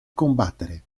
combattere